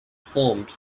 formed